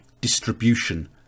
distribution